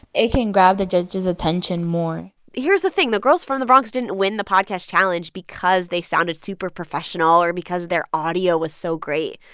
it can grab the judges' attention more here's the thing. the girls from the bronx didn't win the podcast challenge because they sounded super professional or because their audio was so great.